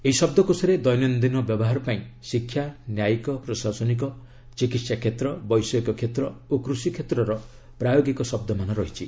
ଏହି ଶବ୍ଦକୋଷରେ ଦୈନନ୍ଦିନ ବ୍ୟବହାର ପାଇଁ ଶିକ୍ଷା ନ୍ୟାୟିକ ପ୍ରଶାସନିକ ଚିକିତ୍ସା କ୍ଷେତ୍ର ବୈଷୟିକ କ୍ଷେତ୍ର ଓ କୃଷି କ୍ଷେତ୍ରର ପ୍ରାୟୋଗିକ ଶବ୍ଦମାନ ରହିଛି